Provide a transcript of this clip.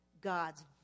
God's